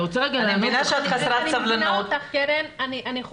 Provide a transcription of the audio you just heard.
אני מבינה שאת חסרת סבלנות --- אני מבינה אותך קרן,